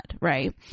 right